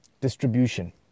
distribution